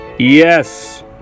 Yes